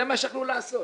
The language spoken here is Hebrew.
זה מה שיכלו לעשות.